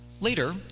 Later